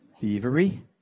Thievery